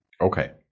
okay